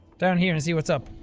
down here and see what's up.